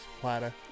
platter